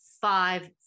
five